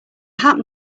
happen